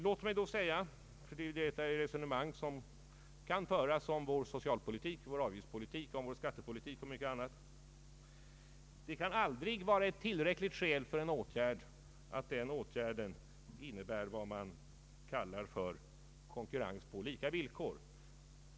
Låt mig då säga — ty det är ju ett resonemang som kan föras om vår socialpolitik, vår avgiftspolitik, vår skattepolitik och mycket annat — att det aldrig kan vara ett tillräckligt skäl för en åtgärd att åtgärden medför vad man kallar konkurrens på lika villkor.